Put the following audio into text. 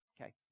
Okay